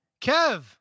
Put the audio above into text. Kev